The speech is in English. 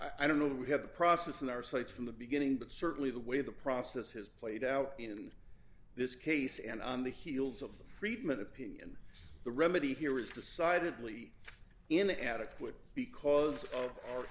i don't know we have the process in our sights from the beginning but certainly the way the process has played out in this case and on the heels of treatment opinion the remedy here is decidedly in adequate because of our